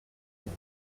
huit